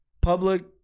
public